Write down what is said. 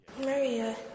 Maria